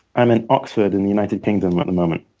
i'm at oxford in the united kingdom at the moment.